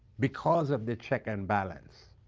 because of the check and balance.